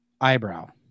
eyebrow